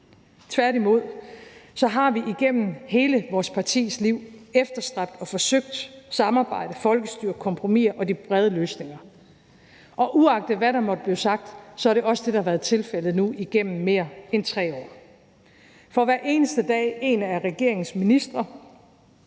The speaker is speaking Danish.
Tværtimod har vi igennem hele vores partis liv efterstræbt og forsøgt samarbejde, folkestyre, kompromiser og de brede løsninger. Uagtet hvad der måtte blive sagt, er det også det, der har været tilfældet nu igennem mere end 3 år. Hver eneste dag, når en af regeringens ministre